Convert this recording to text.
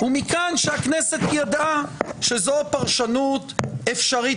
ומכאן שהכנסת ידעה שזאת פרשנות אפשרית,